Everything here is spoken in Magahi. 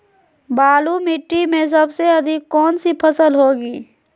बालू मिट्टी में सबसे अधिक कौन सी फसल होगी?